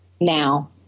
now